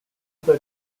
other